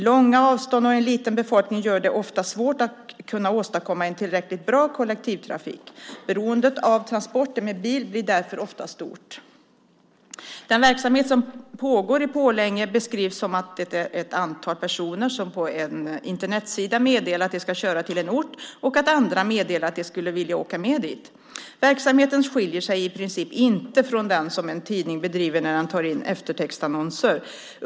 Långa avstånd och en liten befolkning gör det ofta svårt att kunna åstadkomma en tillräckligt bra kollektivtrafik. Beroendet av transporter med bil blir därför ofta stort. Den verksamhet som pågår i Pålänge beskrivs som att det är ett antal personer som på en Internetsida meddelar att de ska köra till en ort och att andra meddelar att de skulle vilja åka med dit. Verksamheten skiljer sig i princip inte från den som en tidning bedriver när den tar in eftertextannonser.